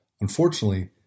Unfortunately